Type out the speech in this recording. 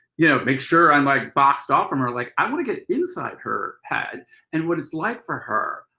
you know, make sure i'm like boxed off from her. like i want to get inside her head and what it's like for her.